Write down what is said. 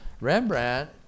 Rembrandt